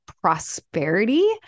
prosperity